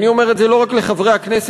אני אומר את זה לא רק לחברי הכנסת,